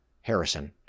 Harrison